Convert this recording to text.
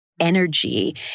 energy